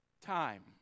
Time